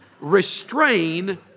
restrain